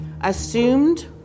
assumed